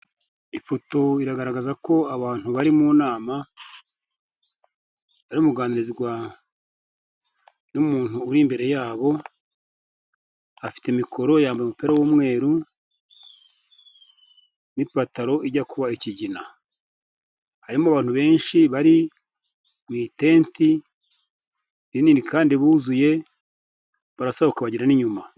Ifoto iragaragaza ko abantu bari mu nama bari kuganirizwa n'umuntu uri imbere yabo, afite imikoro yambaye umupira w'umweru n'ipantaro ijya kuba ikigina, harimo abantu benshi bari mu itenti rinini kandi buzuye barasaguka bagera n'inyuma.